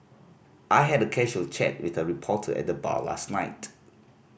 I had a casual chat with a reporter at the bar last night